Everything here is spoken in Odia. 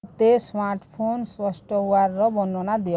ମୋତେ ସ୍ମାର୍ଟଫୋନ୍ ସଫ୍ଟୱେର୍ର ବର୍ଣ୍ଣନା ଦିଅ